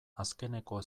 azkeneko